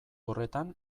horretan